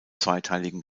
zweiteiligen